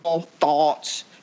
thoughts